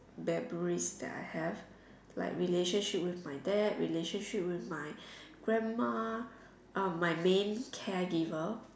memories that I have like relationship with my dad relationship with my grandma uh my main care giver